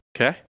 Okay